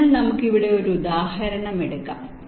അതിനാൽ നമുക്ക് ഇവിടെ ഒരു ഉദാഹരണം എടുക്കാം